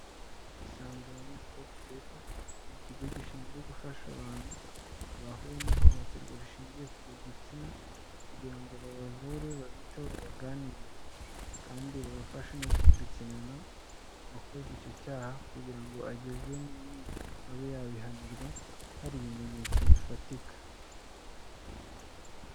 Isange wani sitopu senta ikigo gishinzwe gufasha abantu bahuye n'ihohoterwa rishingiye ku gitsina kugira ngo babavure babiteho babaganirize kandi babafashe no gukurikirana uwakoze icyo cyaha kugira ngo agezwe mu nkiko abe yabihanirwa hari ibimenyetso bifatika.